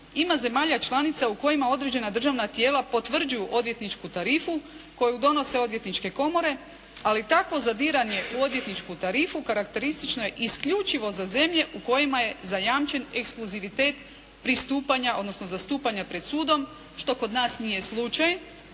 ima zemalja članica u kojima određena državna tijela potvrđuju odvjetničku tarifu koju donose Odvjetničke komore, ali takvo zadiranje u odvjetničku tarifu karakteristično je isključivo za zemlje u kojima je zajamčen eksplozivitet pristupanja odnosno zastupanja pred sudom što kod nas nije slučaj,